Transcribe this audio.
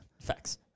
facts